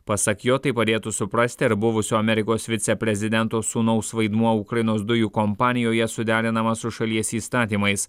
pasak jo tai padėtų suprasti ar buvusio amerikos viceprezidento sūnaus vaidmuo ukrainos dujų kompanijoje suderinamas su šalies įstatymais